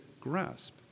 grasp